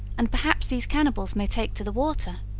and perhaps these cannibals may take to the water